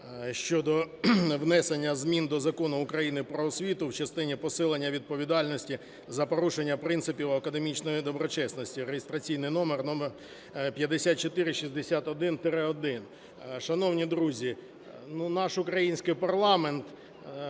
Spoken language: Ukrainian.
щодо внесення змін до Закону України “Про освіту” в частині посилення відповідальності за порушення принципів академічної доброчесності (реєстраційний номер 5461-1). Шановні друзі, наш український парламент